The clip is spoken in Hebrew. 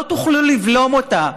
לא תוכלו לבלום אותה.